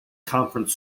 conference